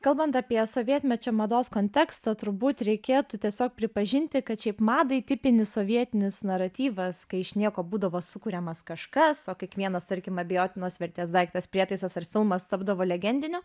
kalbant apie sovietmečio mados kontekstą turbūt reikėtų tiesiog pripažinti kad šiaip madai tipinis sovietinis naratyvas kai iš nieko būdavo sukuriamas kažkas o kiekvienas tarkim abejotinos vertės daiktas prietaisas ar filmas tapdavo legendiniu